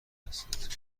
هستند